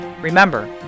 Remember